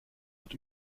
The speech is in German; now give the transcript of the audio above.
wird